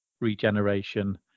regeneration